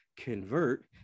Convert